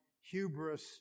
hubris